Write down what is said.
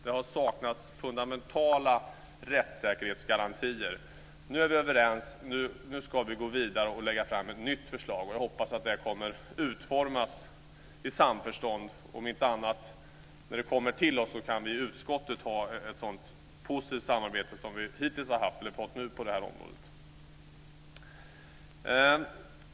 Det har saknats fundamentala rättssäkerhetsgarantier. Nu är vi överens. Nu ska vi gå vidare och lägga fram ett nytt förslag, och jag hoppas att det kommer att utformas i samförstånd. Om inte annat kan vi när förslaget kommer till oss i utskottet ha ett lika positivt samarbete som vi nu fått på det här området.